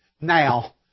now